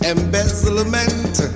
Embezzlement